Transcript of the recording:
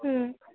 ହୁଁ